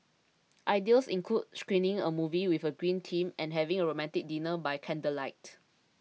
ideas include screening a movie with a green theme and having a romantic dinner by candlelight